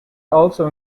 also